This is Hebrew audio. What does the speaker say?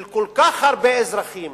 של כל כך הרבה אזרחים